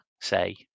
say